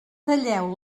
talleu